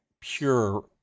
pure